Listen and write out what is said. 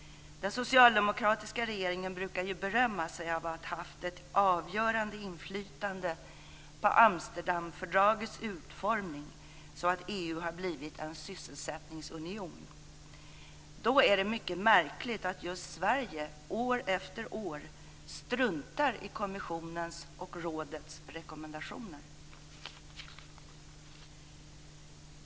Den socialdemokratiska regeringen brukar ju berömma sig av att ha haft ett avgörande inflytande på Amsterdamfördragets utformning så att EU har blivit en sysselsättningsunion. Då är det mycket märkligt att just Sverige år efter år struntar i kommissionens och rådets rekommendationer.